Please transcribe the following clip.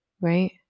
Right